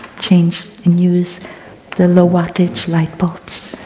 change and use the low wattage light bulbs.